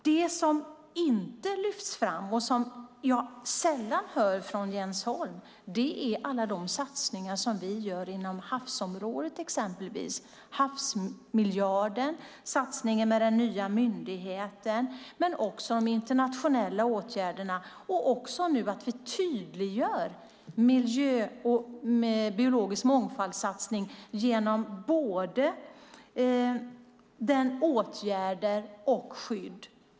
Det som inte lyfts fram och som jag sällan hör från Jens Holm är alla de satsningar som vi gör inom havsområdet, exempelvis havsmiljarden, satsningen med den nya myndigheten, internationella åtgärder och att vi nu tydliggör satsningen på miljö och biologisk mångfald genom både åtgärder och skydd.